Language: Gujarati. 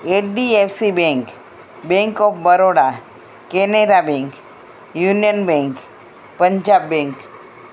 HDFC bank bank of Baroda Canara bank union bank Punjab bank